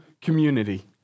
community